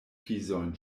pizojn